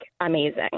amazing